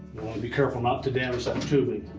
be careful not to damage that tubing.